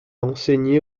enseigné